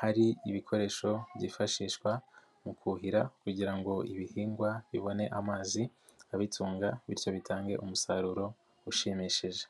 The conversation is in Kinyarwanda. hari ibikoresho byifashishwa mu kuhira kugira ngo ibihingwa bibone amazi abitunga bityo bitange umusaruro ushimishije.